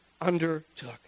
undertook